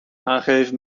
aangeven